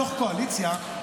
בתוך הקואליציה,